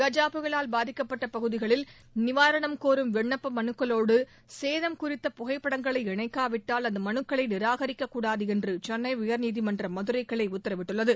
கஜா புயலால் பாதிக்கப்பட்ட பகுதிகளில் நிவாரணம் கோரும் விண்ணப்ப மனுக்களோடு சேதம் குறித்த புகைப்படங்களை இணைக்காவிட்டால் அந்த மனுக்களை நிராகரிக்கக்கூடாது என்று சென்ளை உயர்நீதிமன்ற மதுரை கிளை உத்தரவிட்டுள்ளது